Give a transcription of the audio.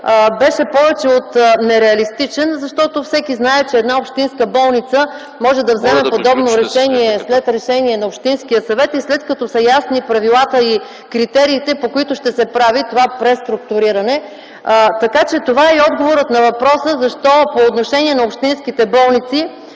беше повече от нереалистичен. Защото всеки знае, че една общинска болница може да вземе подобно решение след решение на общинския съвет и след като са ясни правилата и критериите, по които ще се прави това преструктуриране. Така че, това е и отговорът на въпроса защо по отношение на общинските болници